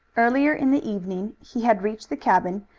earlier in the evening he had reached the cabin,